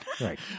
Right